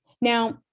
Now